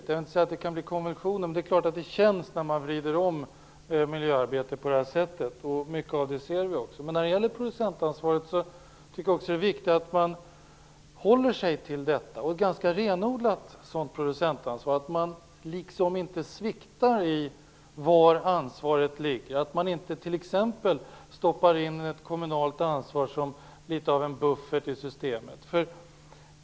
Jag vill inte säga att det kan bli konversioner, men det är klart att det känns när man vrider om miljöarbetet på det här sättet, och mycket av det ser vi redan. Men det är viktigt att vi håller oss till producentansvaret, ganska renodlat, så att vi inte sviktar i var ansvaret ligger. Vi skall t.ex. inte lägga in ett kommunalt ansvar som något av en buffert i systemet.